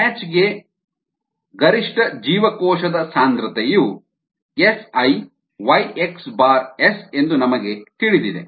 batch ಗೆ ಗರಿಷ್ಠ ಜೀವಕೋಶದ ಸಾಂದ್ರತೆಯು SiYxS ಎಂದು ನಮಗೆ ತಿಳಿದಿದೆ